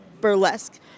burlesque